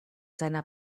seiner